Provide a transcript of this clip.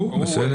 בסדר.